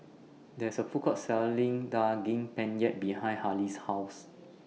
There IS A Food Court Selling Daging Penyet behind Hailee's House